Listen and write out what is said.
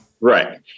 Right